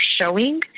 showing